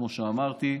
כמו שאמרתי.